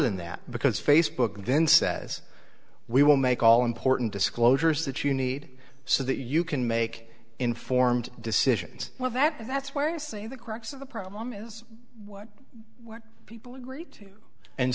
than that because facebook then says we will make all important disclosures that you need so that you can make informed decisions well that that's where you see the crux of the problem is what people agree to and